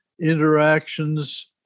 interactions